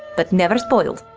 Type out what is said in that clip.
but never spoiled,